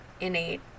innate